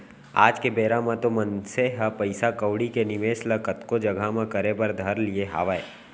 आज के बेरा म तो मनसे ह पइसा कउड़ी के निवेस ल कतको जघा म करे बर धर लिये हावय